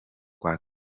kwa